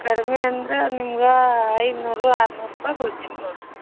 ಕಡ್ಮಿ ಅಂದ್ರ ನಿಮ್ಗೆ ಐನೂರು ಆರುನೂರು ರೂಪಾಯ ಬಿಳ್ತೈತಿ ನೋಡ್ರಿ